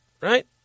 right